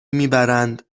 میبرند